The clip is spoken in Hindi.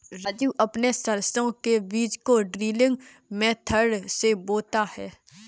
राजू अपने सरसों के बीज को ड्रिलिंग मेथड से बोता है